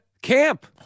Camp